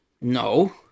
No